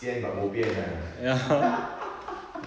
sian but bo pian lah